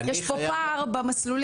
יש פה פער במסלולים.